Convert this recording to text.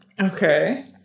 Okay